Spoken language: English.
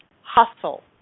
hustle